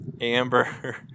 Amber